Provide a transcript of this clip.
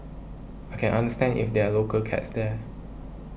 I can understand if there're local cats there